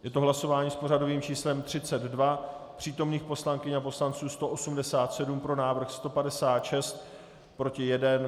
Je to hlasování s pořadovým číslem 32, přítomných poslankyň a poslanců 187, pro návrh 156, proti 1.